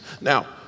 Now